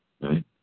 Right